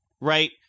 right